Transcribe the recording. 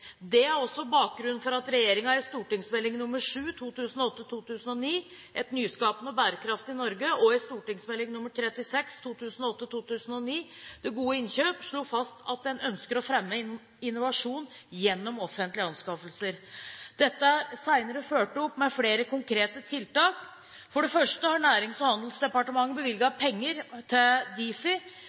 Det er også bakgrunnen for at regjeringen i St.meld. nr. 7 for 2008–2009, Et nyskapende og bærekraftig Norge, og i St.meld. nr. 36 for 2008–2009, Det gode innkjøp, slo fast at den ønsker å fremme innovasjon gjennom offentlige anskaffelser. Dette er senere blitt fulgt opp med flere konkrete tiltak. For det første har Nærings- og handelsdepartementet bevilget penger til Difi